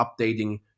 updating